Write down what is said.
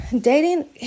dating